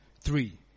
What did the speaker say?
Three